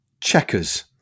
checkers